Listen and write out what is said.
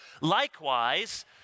Likewise